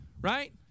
right